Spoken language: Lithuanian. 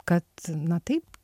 kad na taip